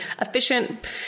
efficient